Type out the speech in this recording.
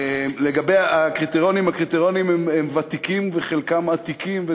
לגבי הקריטריונים: הקריטריונים הם ותיקים וחלקם עתיקים,